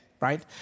right